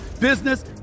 business